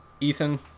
ethan